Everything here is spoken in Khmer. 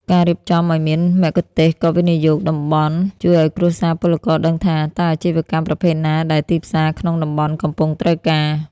ការរៀបចំឱ្យមាន "មគ្គុទ្ទេសក៍វិនិយោគតំបន់" ជួយឱ្យគ្រួសារពលករដឹងថា តើអាជីវកម្មប្រភេទណាដែលទីផ្សារក្នុងតំបន់កំពុងត្រូវការ។